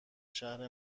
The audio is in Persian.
شهر